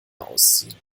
ausziehen